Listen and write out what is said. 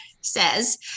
says